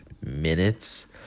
minutes